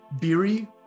Beery